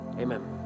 Amen